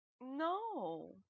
No